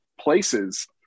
places